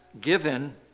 given